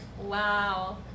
Wow